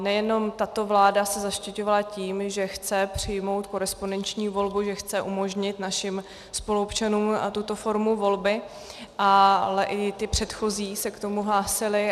Nejenom tato vláda se zaštiťovala tím, že chce přijmout korespondenční volbu, že chce umožnit našim spoluobčanům tuto formu volby, ale i ty předchozí se k tomu hlásily.